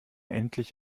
endlich